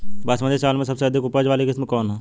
बासमती चावल में सबसे अधिक उपज वाली किस्म कौन है?